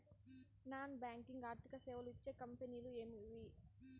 Non banking ఆర్థిక సేవలు ఇచ్చే కంపెని లు ఎవేవి?